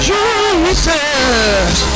Jesus